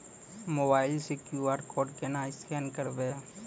Mobile से QR code केना scan करबै?